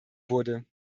wurde